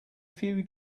few